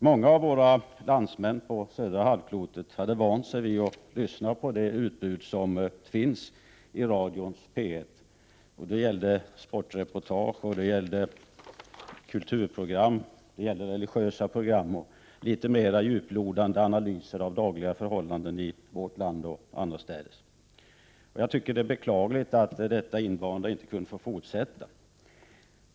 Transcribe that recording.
Många av våra landsmän som befinner sig på södra halvklotet hade vant sig vid att lyssna på det utbud av program som finns i radions P1, t.ex. sportreportage, kulturprogram, religiösa program och litet mer djuplodande analyser av dagliga händelser i vårt land och annorstädes. Det är beklagligt att dessa sändningar som man vant sig vid inte fick fortsätta.